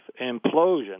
implosion